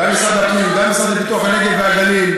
גם משרד הפנים, גם המשרד לפיתוח הנגב והגליל.